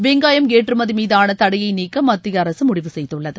வெங்காயம் ஏற்றுமதி மீதான தடையை நீக்க மத்திய அரசு முடிவு செய்துள்ளது